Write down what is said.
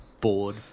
bored